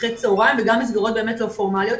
אחרי הצוהריים וגם מסגרות לא פורמליות.